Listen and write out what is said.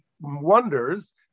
wonders